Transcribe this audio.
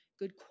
good